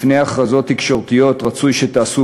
שלפני הכרזות תקשורתיות רצוי שתעשו